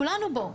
כולנו בו.